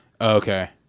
Okay